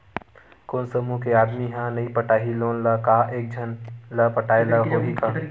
कोन समूह के आदमी हा नई पटाही लोन ला का एक झन ला पटाय ला होही का?